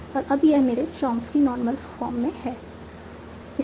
और अब यह मेरे चॉम्स्की नॉर्मल फॉर्म में है